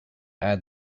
add